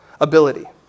ability